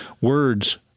words